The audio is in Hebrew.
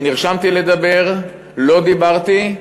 נרשמתי לדבר, לא דיברתי,